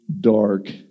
dark